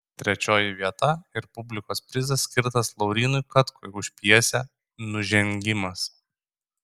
trečioji vieta ir publikos prizas skirtas laurynui katkui už pjesę nužengimas